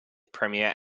premiere